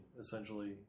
essentially